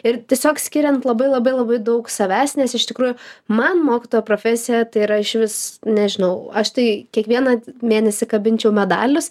ir tiesiog skiriant labai labai labai daug savęs nes iš tikrųjų man mokytojo profesija tai yra išvis nežinau aš tai kiekvieną mėnesį kabinčiau medalis